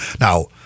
Now